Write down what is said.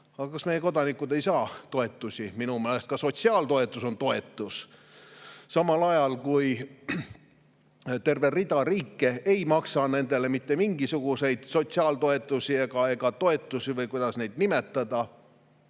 No kas meie kodanikud ei saa toetusi? Minu meelest ka sotsiaaltoetus on toetus, samal ajal kui terve rida riike ei maksa [immigrantidele] mitte mingisuguseid sotsiaaltoetusi ega toetusi või kuidas neid nimetada.